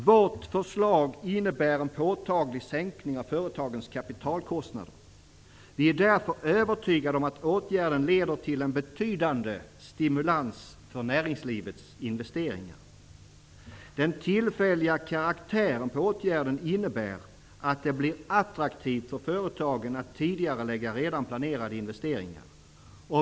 Vårt förslag innebär en påtaglig sänkning av företagens kapitalkostnader. Vi är därför övertygade om att åtgärden leder till en betydande stimulans för näringslivets investeringar. Åtgärdens tillfälliga karaktär innebär att det blir attraktivt för företagen att tidigarelägga redan planerade investeringar.